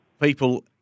people